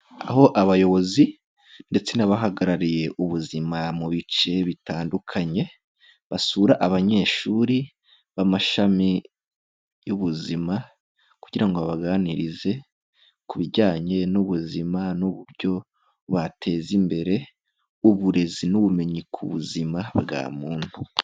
Aho abayobozi ndetse n'abahagarariye ubuzima mu bice bitandukanye, basura abanyeshuri b'amashami y'ubuzima ,kugira ngo babaganirize ku bijyanye n'ubuzima n'uburyo bateza imbere uburezi n'ubumenyi ku buzima bwa muntu.